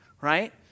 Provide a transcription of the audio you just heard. right